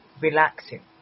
relaxing